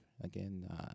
Again